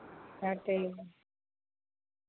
ᱟᱪᱪᱷᱟ ᱴᱷᱤᱠ